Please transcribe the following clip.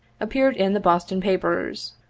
appeared in the boston papers.